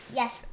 Yes